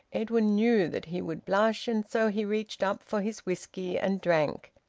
edwin knew that he would blush, and so he reached up for his whisky, and drank,